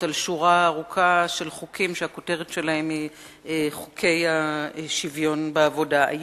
על שורת חוקים שהכותרת שלהם היא חוקי השוויון בעבודה.